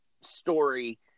story